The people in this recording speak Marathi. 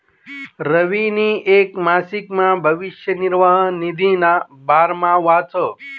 रवीनी येक मासिकमा भविष्य निर्वाह निधीना बारामा वाचं